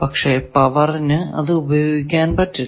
പക്ഷെ പവറിനു അത് ഉപയോഗിക്കാൻ പറ്റില്ല